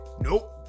Nope